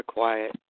quiet